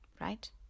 right